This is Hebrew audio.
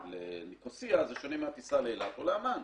לניקוסיה זה שונה מהטיסה לאילת או לעמאן,